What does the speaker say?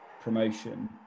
promotion